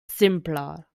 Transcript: simpler